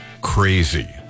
crazy